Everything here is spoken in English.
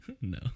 No